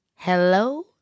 Hello